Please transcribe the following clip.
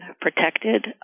protected